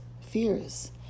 fears